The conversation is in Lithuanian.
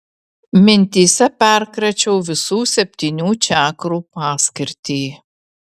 mintyse perkračiau visų septynių čakrų paskirtį